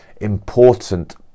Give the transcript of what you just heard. important